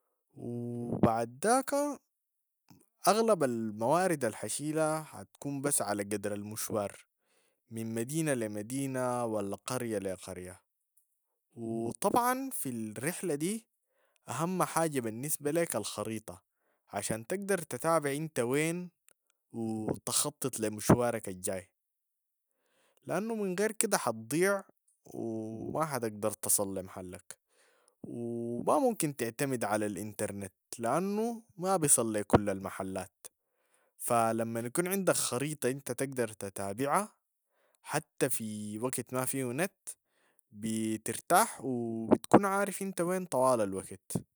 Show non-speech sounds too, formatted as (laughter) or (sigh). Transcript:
و بعد (noise) داك أغلب الموارد الحشيلة حتكون بس على قدر المشوار من مدينة لمدينة ولا قرية لقرية و طبعا (noise) في الرحلة دي أهم حاجة بالنسبة ليك الخريطة عشان تقدر تتابع انت وين و (noise) تخطط لمشوارك (noise) الجاي، لأنو من غير كده حتضيع و ما حتقدر تصلي لي محلك و ما ممكن تعتمد على الانترنت، لانو ما بيصلي لي كل (noise) المحلات، فلما يكون عندك خريطة انت تقدر تتابعها حتى في (hesitation) وقت ما فيهو نت بترتاح و (noise) بتكون عارف انت وين طوال الوقت.